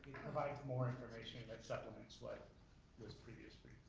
provides more information that supplements what was previously